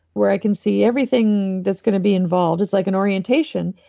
where i can see everything that's going to be involved. it's like an orientation.